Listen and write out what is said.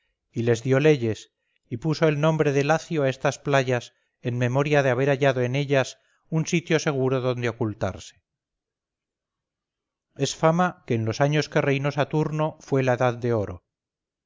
y les dio leyes y puso el nombre de lacio a estas playas en memoria de haber hallado en ellas un sitio seguro donde ocultarse es fama que en los años que reinó saturno fue la edad de oro